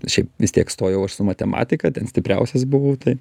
šiaip vis tiek stojau aš su matematika ten stipriausias buvau tai